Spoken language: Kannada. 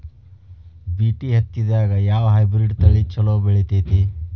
ಬಿ.ಟಿ ಹತ್ತಿದಾಗ ಯಾವ ಹೈಬ್ರಿಡ್ ತಳಿ ಛಲೋ ಬೆಳಿತೈತಿ?